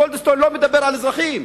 גולדסטון לא מדבר על אזרחים.